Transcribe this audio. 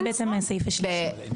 זה בעצם הסעיף השלישי.